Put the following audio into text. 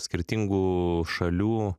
skirtingų šalių